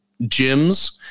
gyms